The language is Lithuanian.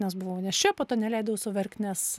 nes buvau nėščia po to neleidau sau verkt nes